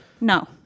No